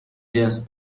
جنس